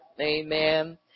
amen